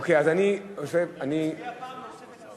תצביע פעם נוספת,